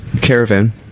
caravan